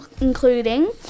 including